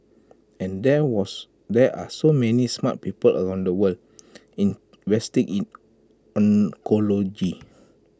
and there was there are so many smart people around the world investing in oncology